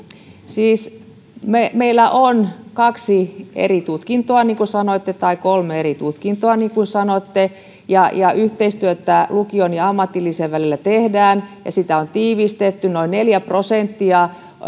siis meillä on kaksi eri tutkintoa niin kuin sanoitte tai kolme eri tutkintoa niin kuin sanoitte ja ja yhteistyötä lukion ja ammatillisen välillä tehdään ja sitä on tiivistetty noin neljä prosenttia